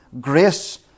grace